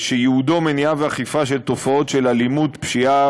ייעודו, מניעה ואכיפה בתופעות של אלימות, פשיעה